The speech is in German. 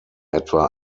etwa